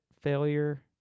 failure